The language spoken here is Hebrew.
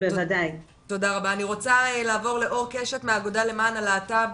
אני רוצה לעבור לאור קשת מהאגודה למען הלהט"ב,